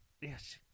Yes